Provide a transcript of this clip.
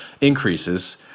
increases